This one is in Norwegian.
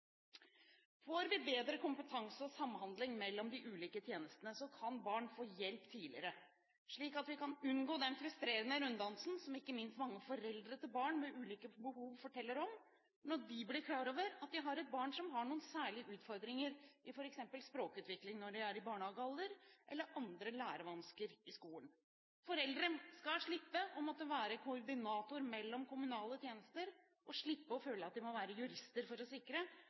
Får vi bedre kompetanse og samhandling mellom de ulike tjenestene, kan barn få hjelp tidligere, slik at vi kan unngå den frustrerende runddansen som ikke minst mange foreldre til barn med ulike behov forteller om, når de blir klar over at de har et barn som har noen særlige utfordringer i f.eks. språkutviklingen når de er i barnehagealder, eller andre lærevansker i skolen. Foreldre skal slippe å måtte være koordinatorer mellom kommunale tjenester og slippe å føle av de må være jurister for å sikre